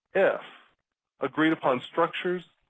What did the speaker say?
if agreed-upon structures,